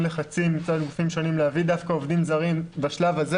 לחצים מצד גופים שונים להביא דווקא עובדים זרים בשלב הזה,